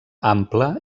ampla